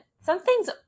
Something's